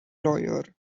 lawyer